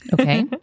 Okay